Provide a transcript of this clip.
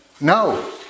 No